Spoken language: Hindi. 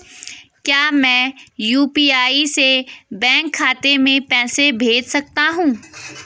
क्या मैं यु.पी.आई से बैंक खाते में पैसे भेज सकता हूँ?